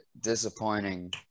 disappointing